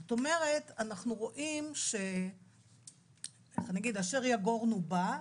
זאת אומרת, אנחנו רואים שאשר יגורנו בא.